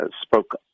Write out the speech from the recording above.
spoke